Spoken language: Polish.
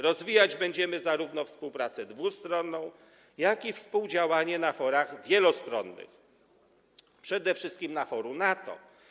Rozwijać będziemy zarówno współpracę dwustronną, jak i współdziałanie na forach wielostronnych, przede wszystkim na forum NATO.